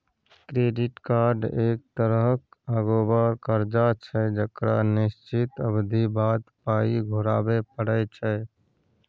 credit card एक तरहक अगोबार करजा छै जकरा निश्चित अबधी बाद पाइ घुराबे परय छै